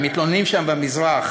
/ מתלוננים שם במזרח,